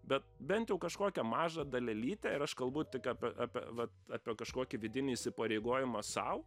bet bent jau kažkokią mažą dalelytę ir aš kalbu tik apie apie vat apie kažkokį vidinį įsipareigojimą sau